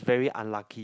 very unlucky